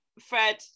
Fred